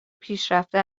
پیشرفته